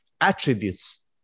attributes